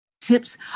tips